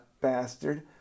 Bastard